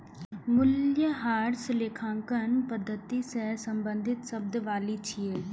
मूल्यह्रास लेखांकन पद्धति सं संबंधित शब्दावली छियै